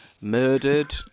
murdered